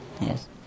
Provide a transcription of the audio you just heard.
Yes